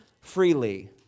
freely